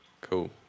Cool